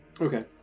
Okay